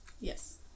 Yes